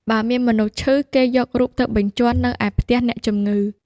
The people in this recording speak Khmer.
បើមានមនុស្សឈឺ គេយករូបទៅបញ្ជាន់នៅឯផ្ទះអ្នកជំងឺ ។